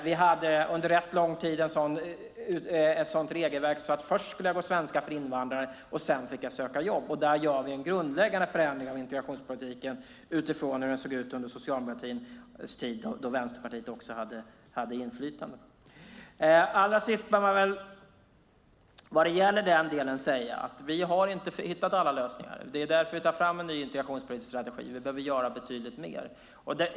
Vi hade under rätt lång tid ett sådant regelverk att jag först skulle gå på svenska för invandrare, och sedan fick jag söka jobb. Där gör vi en grundläggande förändring av integrationspolitiken utifrån hur den såg ut under socialdemokratins tid, då Vänsterpartiet också hade inflytande. Allra sist bör man väl vad gäller denna del säga att vi inte har hittat alla lösningar. Det är därför vi tar fram en ny integrationspolitisk strategi, och vi behöver göra betydligt mer.